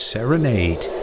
Serenade